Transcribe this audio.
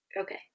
Okay